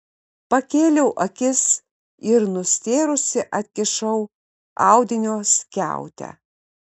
pakėliau akis ir nustėrusi atkišau audinio skiautę